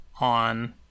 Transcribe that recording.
on